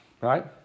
Right